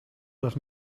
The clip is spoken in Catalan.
les